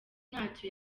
ntacyo